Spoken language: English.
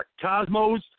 Cosmos